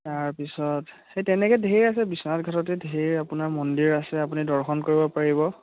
তাৰপিছত সেই তেনেকৈ ধেৰ আছে বিশ্বনাথ ঘাটতে ধেৰ আপোনাৰ মন্দিৰ আছে আপুনি দৰ্শন কৰিব পাৰিব